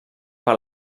per